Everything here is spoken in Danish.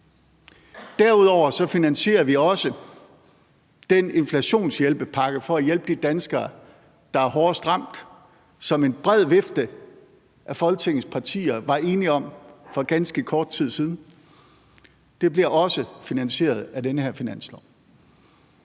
Derudover finansierer vi også den inflationshjælpepakke til at hjælpe de danskere, der er hårdest ramt, som en bred vifte af Folketingets partier var enige om for ganske kort tid siden. Den bliver også finansieret af den her finanslov.